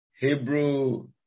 Hebrew